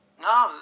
No